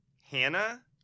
Hannah